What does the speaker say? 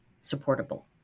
supportable